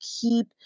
keep